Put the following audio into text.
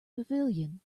pavilion